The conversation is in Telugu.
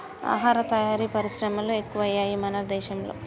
ఆహార తయారీ పరిశ్రమలు ఎక్కువయ్యాయి మన దేశం లో